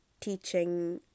teaching